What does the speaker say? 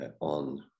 on